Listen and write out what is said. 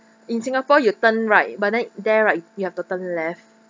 in singapore you turn right but then there right you have to turn left